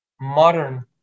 modern